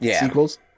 sequels